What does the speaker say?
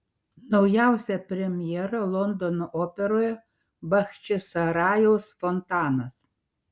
naujausia premjera londono operoje bachčisarajaus fontanas